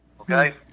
okay